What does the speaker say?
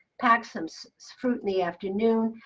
pack some so fruit in the afternoon,